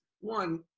one